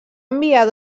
enviar